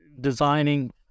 designing